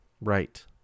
right